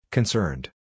Concerned